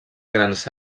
grans